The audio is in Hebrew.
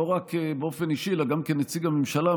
לא רק באופן אישי אלא גם כנציג הממשלה,